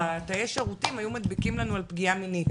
בתאי שירותים היו מדביקים לנו על פגיעה מינית,